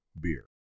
beer